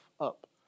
up